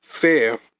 fair